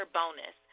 bonus